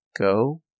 Go